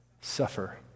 Suffer